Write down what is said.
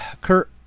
Kurt